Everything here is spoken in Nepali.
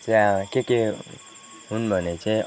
चाहिँ अब के के हुन् भने चाहिँ